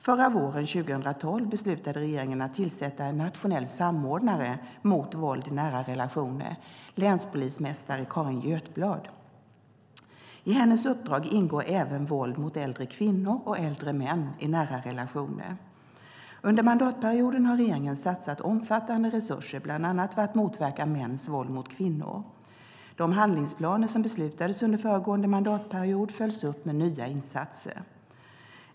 Förra våren 2012 beslutade regeringen att tillsätta en nationell samordnare mot våld i nära relationer, länspolismästaren Carin Götblad. I hennes uppdrag ingår även våld mot äldre kvinnor och äldre män i nära relationer. Under mandatperioden har regeringen satsat omfattande resurser bland annat för att motverka mäns våld mot kvinnor. De handlingsplaner som beslutades under föregående mandatperiod följs upp med nya insatser.